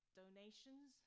donations